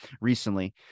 recently